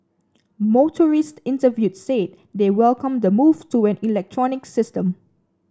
motorists interviewed said they welcome the move to an electronic system